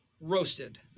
Roasted